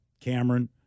Cameron